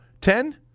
Ten